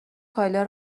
کایلا